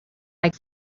like